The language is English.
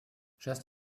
just